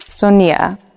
Sonia